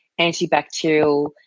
antibacterial